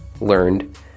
learned